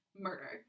murder